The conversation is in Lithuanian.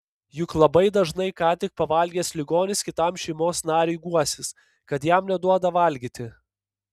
juk labai dažnai ką tik pavalgęs ligonis kitam šeimos nariui guosis kad jam neduoda valgyti